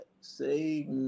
say